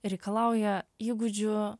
reikalauja įgūdžių